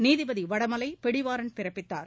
நீதிபதி வடமலை பிடிவாரண்ட் பிறப்பித்தார்